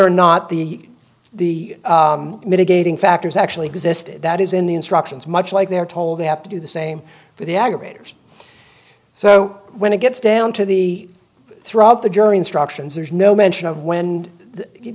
or not the the mitigating factors actually existed that is in the instructions much like they're told they have to do the same for the aggravators so when it gets down to the throughout the jury instructions there's no mention of when you